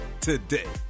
today